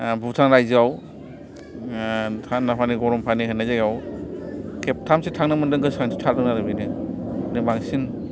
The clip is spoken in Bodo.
भुटान रायजोआव थान्दा पानि गरम पानि होननाय जायगायाव खेबथामसो थांनो मोन्दों गाोसोखांथि थादों आरो बेनो बांसिन